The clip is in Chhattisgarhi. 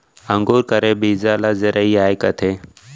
अंकुर करे बीजा ल जरई आए कथें